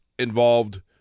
involved